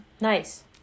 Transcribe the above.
nice